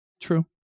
True